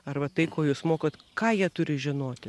arba tai ko jūs mokot ką jie turi žinoti